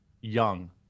young